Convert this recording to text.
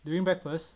during breakfast